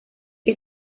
que